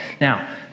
Now